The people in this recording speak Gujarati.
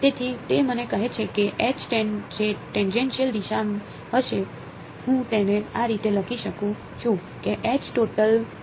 તેથી તે મને કહે છે કે જે ટેનજેનશીયલ દિશામાં હશે હું તેને આ રીતે લખી શકું છું કે